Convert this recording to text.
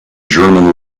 german